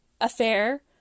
affair